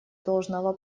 должного